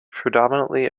predominantly